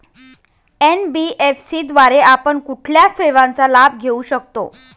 NBFC द्वारे आपण कुठल्या सेवांचा लाभ घेऊ शकतो?